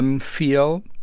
feel